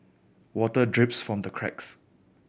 water drips from the cracks